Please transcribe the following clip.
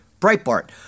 Breitbart